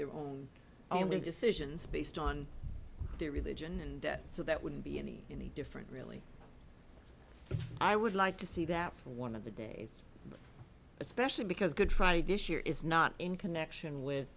own own decisions based on their religion and so that wouldn't be any in the different really i would like to see that for one of the days especially because good friday this year is not in connection with